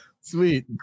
Sweet